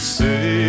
say